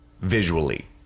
visually